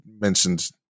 mentioned